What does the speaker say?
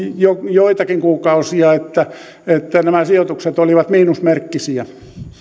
joitakin kuukausia aika jolloin nämä sijoitukset olivat miinusmerkkisiä tuotoltaan